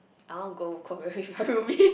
I want go Korea you follow me